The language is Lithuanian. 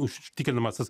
užtikrinamas tas